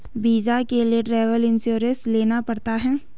visa के लिए travel insurance लेना पड़ता है